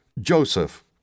Joseph